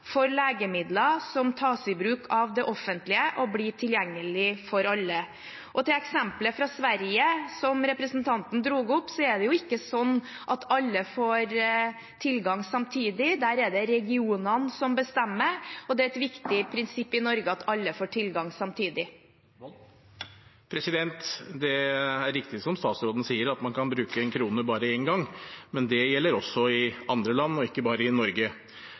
for legemidler som tas i bruk av det offentlige og blir tilgjengelig for alle. Og til eksempelet fra Sverige som representanten dro opp: Det er ikke slik at alle får tilgang samtidig. Der er det regionene som bestemmer, og det er et viktig prinsipp i Norge at alle får tilgang samtidig. Det er riktig, som statsråden sier, at man kan bruke en krone bare én gang. Men det gjelder også i andre land, ikke bare i Norge.